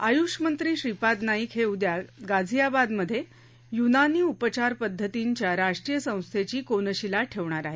आयुषमंत्री श्रीपाद नाईक हे उद्या गाझियाबादमध्ये युनानी उपचारपध्दतींच्या राष्ट्रीय संस्थेची कोनशीला ठेवणार आहेत